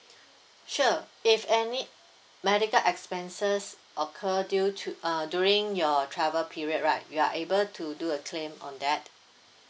sure if any medical expenses occur due to err during your travel period right you are able to do a claim on that